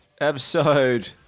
episode